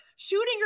Shooting